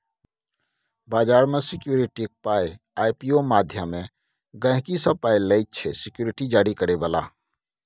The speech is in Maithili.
बजार मे सिक्युरिटीक पाइ आइ.पी.ओ माध्यमे गहिंकी सँ पाइ लैत छै सिक्युरिटी जारी करय बला